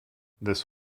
this